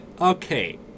Okay